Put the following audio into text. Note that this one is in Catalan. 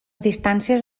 distàncies